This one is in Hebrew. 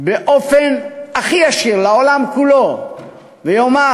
באופן הכי ישיר בעולם כולו ויאמר: